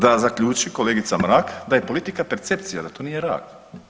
Da zaključi kolegica Mrak da je politika percepcija, da to nije rad.